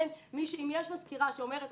אם יש מזכירה שאומרת,